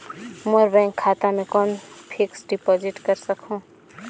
मोर bank खाता मे कौन फिक्स्ड डिपॉजिट कर सकहुं?